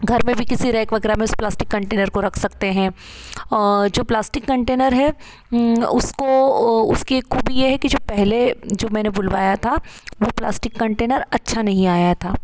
घर में भी किसी रैक में उस प्लास्टिक कंटेनर को रख सकते हैं और जो प्लास्टिक कंटेनर है उसको उसकी खूबी ये है कि जो पहले जो मैंने बुलवाया था वो प्लास्टिक कंटेनर अच्छा नहीं आया था